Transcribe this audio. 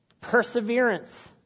Perseverance